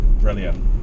brilliant